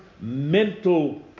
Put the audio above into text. mental